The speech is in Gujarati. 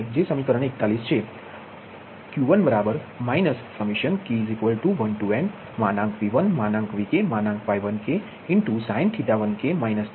સમીકરણ 41 Q1k1nV1VkY1ksin1k 1k